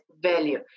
value